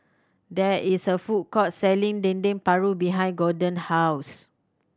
there is a food court selling Dendeng Paru behind Gorden house